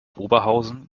oberhausen